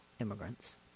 immigrants